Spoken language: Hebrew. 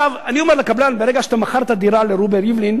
אני אומר לקבלן: ברגע שאתה מכרת דירה לרובי ריבלין